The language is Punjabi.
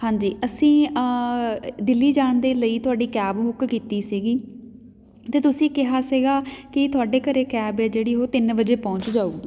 ਹਾਂਜੀ ਅਸੀਂ ਦਿੱਲੀ ਜਾਣ ਦੇ ਲਈ ਤੁਹਾਡੀ ਕੈਬ ਬੁੱਕ ਕੀਤੀ ਸੀਗੀ ਅਤੇ ਤੁਸੀਂ ਕਿਹਾ ਸੀਗਾ ਕਿ ਤੁਹਾਡੇ ਘਰ ਕੈਬ ਹੈ ਜਿਹੜੀ ਉਹ ਤਿੰਨ ਵਜੇ ਪਹੁੰਚ ਜਾਊਗੀ